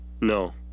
No